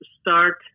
start